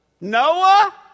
Noah